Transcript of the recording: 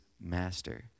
master